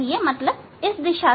इसका मतलब इस दिशा में